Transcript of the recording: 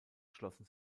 schlossen